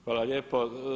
Hvala lijepo.